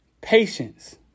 Patience